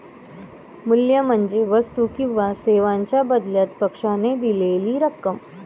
मूल्य म्हणजे वस्तू किंवा सेवांच्या बदल्यात पक्षाने दिलेली रक्कम